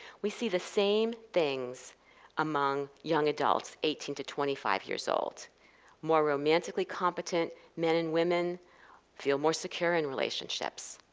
we see the same things among young adults, eighteen to twenty five years old more romantically competent men and women feel more secure in relationships.